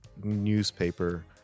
newspaper